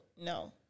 No